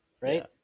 Right